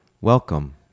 Welcome